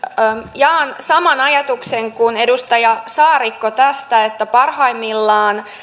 jaan saman ajatuksen kuin edustaja saarikko tästä että parhaimmillaan